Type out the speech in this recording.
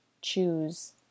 choose